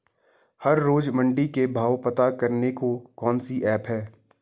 हर रोज़ मंडी के भाव पता करने को कौन सी ऐप है?